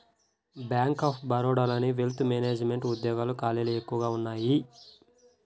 bank of బరోడాలోని wealth management ఉద్యోగాల ఖాళీలు ఎక్కువగా ఉన్నయ్యి